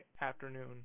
afternoon